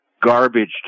garbage